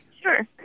Sure